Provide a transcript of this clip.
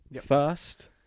First